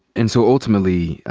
and so ultimately,